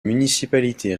municipalité